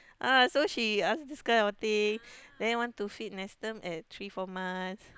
ah so she ask this kind of thing then want to feed Nestum at three four months